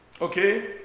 Okay